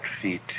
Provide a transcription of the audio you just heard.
feet